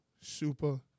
Super